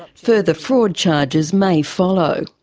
further fraud charges may follow.